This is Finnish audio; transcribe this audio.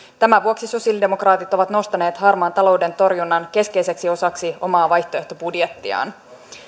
tämän vuoksi sosialidemokraatit ovat nostaneet harmaan talouden torjunnan keskeiseksi osaksi omaa vaihtoehtobudjettiaan